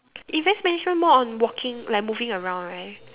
events management more on walking like moving around right